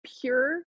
Pure